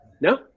No